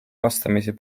vastamisi